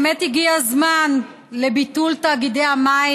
באמת הגיע הזמן לביטול תאגידי המים.